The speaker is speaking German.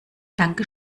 danke